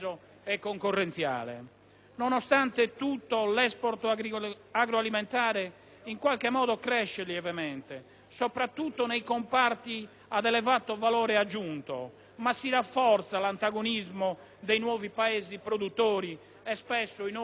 Nonostante tutto, l'*export* agroalimentare cresce lievemente, soprattutto nei comparti ad elevato valore aggiunto, ma si rafforza l'antagonismo dei nuovi Paesi produttori e spesso i nostri prodotti alimentari